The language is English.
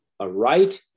aright